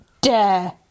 dare